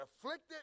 afflicted